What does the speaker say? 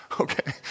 Okay